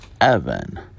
Evan